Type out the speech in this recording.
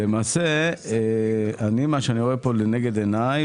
למעשה מה שאני רואה לנגד עיניי,